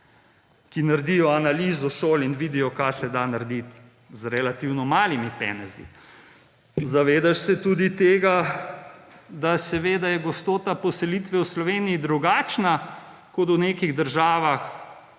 ki naredijo analizo šol in vidijo, kaj se da narediti z relativno malimi penezi. Zavedaš se tudi tega, da seveda je gostota poselitve v Sloveniji drugačna kot v nekih državah,